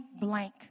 blank